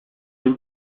gibi